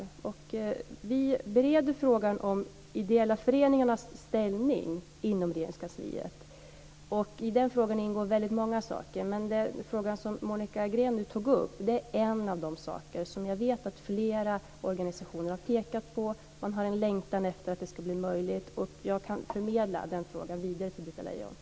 I Regeringskansliet bereder vi frågan om ideella föreningars ställning och där ingår väldigt många saker. Den fråga som Monica Green här tog upp är en av de saker som jag vet att flera organisationer har pekat på. Man har en längtan efter att det ska bli möjligt. Jag kan förmedla frågan till Britta Lejon.